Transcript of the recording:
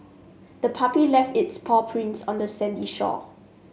the puppy left its paw prints on the sandy shore